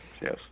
Yes